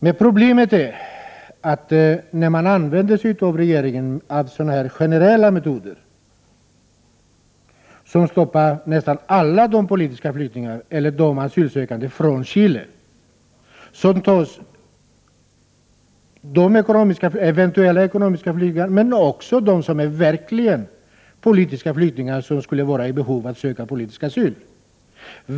Men problemet är att regeringen använder sig av generella metoder, som stoppar nästan alla asylsökande från Chile — eventuella ekonomiska flyktingar men också dem som verkligen är politiska flyktingar och som skulle vara i behov av politisk asyl.